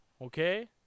Okay